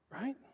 Right